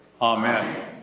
Amen